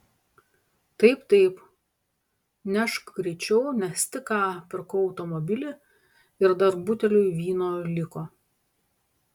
taip taip nešk greičiau nes tik ką pirkau automobilį ir dar buteliui vyno liko